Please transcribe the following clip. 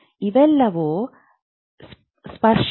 ಇವೆಲ್ಲವೂ ಸ್ಪರ್ಶಕ